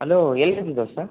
hello ಎಲ್ಲಿದ್ದಿ ದೋಸ್ತ